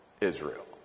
Israel